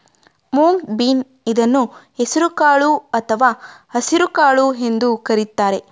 moong bean ಇದನ್ನು ಹೆಸರು ಕಾಳು ಅಥವಾ ಹಸಿರುಕಾಳು ಎಂದು ಕರಿತಾರೆ